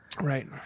Right